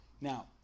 Now